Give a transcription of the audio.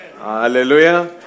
Hallelujah